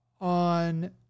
on